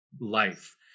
life